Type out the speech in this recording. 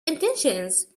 intentions